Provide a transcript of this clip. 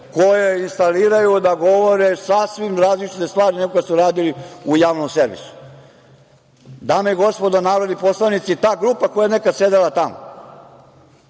koje instaliraju da rade sasvim različite stvari nego kad su radili u javnom servisu. Dame i gospodo narodni poslanici, ta grupa koja je nekad sedela tamo,